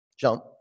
Jump